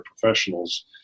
professionals